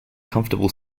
comfortable